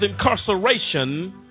incarceration